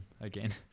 again